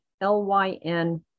L-Y-N